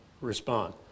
respond